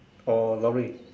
or lorry